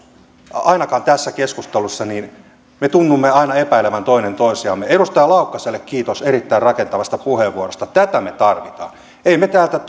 ainakin tässä keskustelussa me tunnumme aina epäilevän toinen toisiamme edustaja laukkaselle kiitos erittäin rakentavasta puheenvuorosta tätä me tarvitsemme emme me täältä